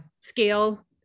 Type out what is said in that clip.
scale